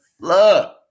look